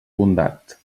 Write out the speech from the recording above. bondat